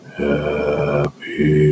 happy